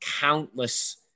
countless